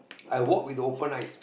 I walk with the open eyes